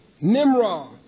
Nimrod